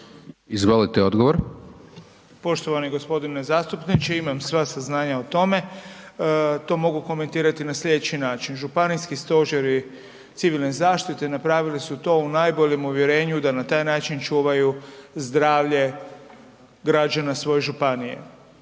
Vili (HDZ)** Poštovani gospodine zastupniče imam sva saznanja o tome, to mogu komentirati na slijedeći način. Županijski stožeri civilne zaštite napravili su to u najboljem uvjerenju da na taj način čuvaju zdravlje građana svoje županije.